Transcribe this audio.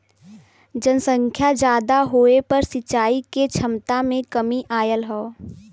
जनसंख्या जादा होये पर सिंचाई के छमता में कमी आयल हौ